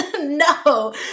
no